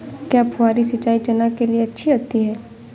क्या फुहारी सिंचाई चना के लिए अच्छी होती है?